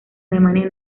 alemania